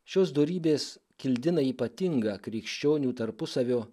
šios dorybės kildina ypatingą krikščionių tarpusavio